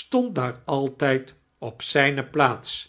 stand daar altdjd op zijne plaats